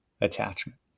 attachment